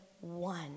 one